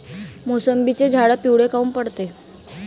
मोसंबीचे झाडं पिवळे काऊन पडते?